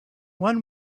one